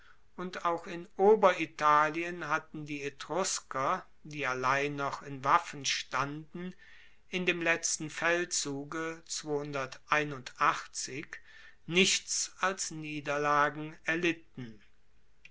und auch in oberitalien hatten die etrusker die allein noch in waffen standen in dem letzten feldzuge nichts als niederlagen erlitten